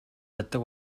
чаддаг